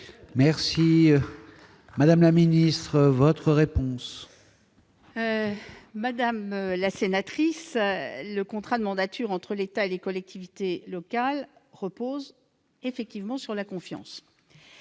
est à Mme la ministre. Madame la sénatrice, le contrat de mandature entre l'État et les collectivités locales repose effectivement sur la confiance.